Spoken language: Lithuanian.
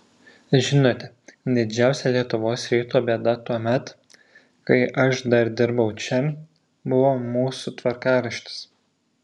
žinote didžiausia lietuvos ryto bėda tuomet kai aš dar dirbau čia buvo mūsų tvarkaraštis